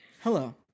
Hello